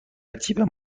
جیبم